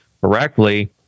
correctly